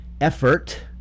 Effort